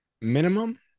minimum